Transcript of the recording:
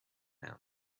near